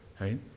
Right